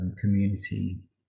community